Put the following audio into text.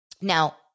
Now